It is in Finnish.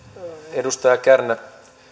edustaja kärnä